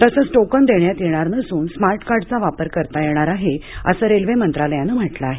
तसेच टोकन देण्यात येणार नसून स्मार्ट कार्डचा वापर करता येणार आहे असे रेल्वे मंत्रालयाने म्हटले आहे